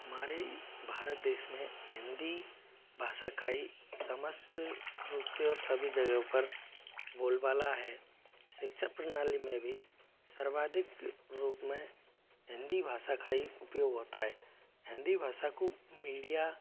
हमारे भारत देश में हिंदी भाषा का ही समस्त रूप से और सभी जगहों पर बोलबाला है शिक्षा प्रणाली में भी सर्वाधिक रूप में हिंदी भाषा का ही उपयोग होता है हिंदी भाषा को मीडिया